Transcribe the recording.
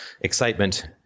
excitement